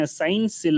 science